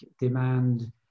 demand